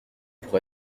pour